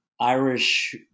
Irish